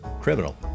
criminal